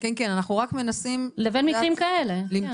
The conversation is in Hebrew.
לבין מקרים כאלה.